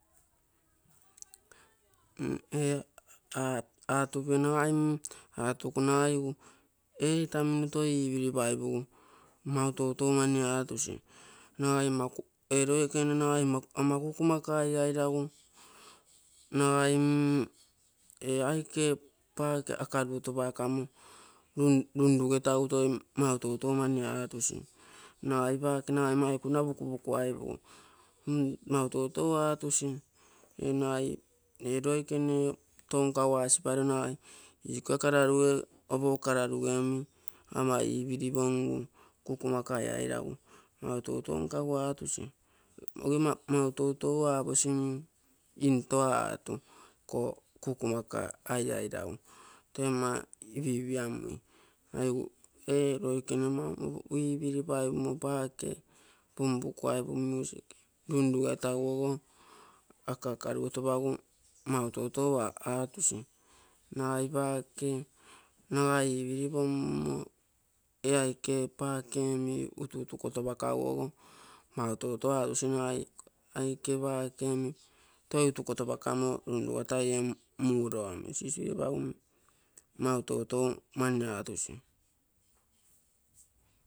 Ee atupio nagai mm auku ee itamino toi ipiri paipugu mau toutou mani atusi, nagai ee loikene ama kukumaka aiairagu, nagai mm ee aike pake akaruo-topakamo runrugotagu mau toutou mani atusi. Nagai paake nagai maikuna punpukuaipugu mau toutou atusi. Nagai ee loikene tou nkagu asiparo nagai ikoge opou kararuge omi ama ipirippongu kukumaka aiai ragu mau toutou nkagu atusi, oge mau toutou aposi mtoa aatu. Kukumaaka aiairagu oi ma ipipramui egu ee loikere maumoro ipiripaipumo paake punpuku aipumo music runrugetagu ogo aka aka-ruotapagu mau toutou aatusi, nagai paake nagai ipiripommo ee aike paakemi utukotopakaguogo mau toutou aatusi nagai aike paake toi utukotopakamo runrugotai ee muro omi mau toutou mani atusi.